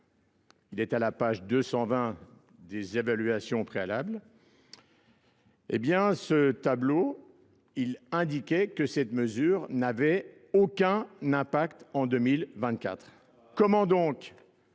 il est à la page 220 des évaluations préalables, et bien ce tableau il indiquait que cette mesure n'avait aucun impact en 2024. Comment donc